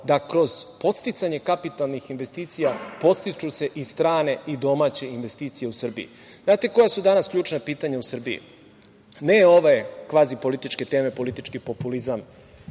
da kroz podsticanje kapitalnih investicija podstiču se i strane i domaće investicije u Srbiji. Znate koja su danas ključna pitanja u Srbiji, ne ove kvazi političke teme, politički populizam,